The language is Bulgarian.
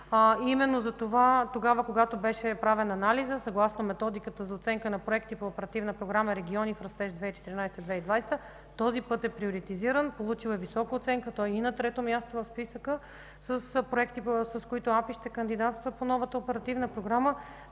Именно затова тогава, когато беше правен анализът, съгласно методика за оценка на проекти по Оперативна програма „Региони в растеж 2014–2020 г.”, този път е с предимство, получил е висока оценка, той е и на трето място в списъка с проекти, с които АПИ ще кандидатства по новата оперативна програма.